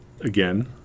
again